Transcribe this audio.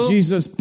Jesus